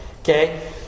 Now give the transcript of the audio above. Okay